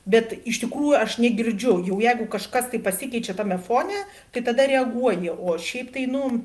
bet iš tikrųjų aš negirdžiu jau jeigu kažkas tai pasikeičia tame fone tai tada reaguoji o šiaip tai nu